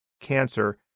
cancer